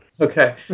Okay